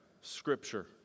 scripture